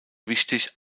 wichtig